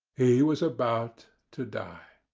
he was about to die.